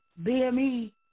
BME